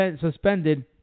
suspended